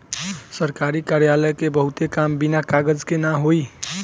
सरकारी कार्यालय क बहुते काम बिना कागज के ना होई